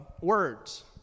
words